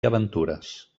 aventures